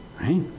Right